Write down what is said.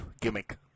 gimmick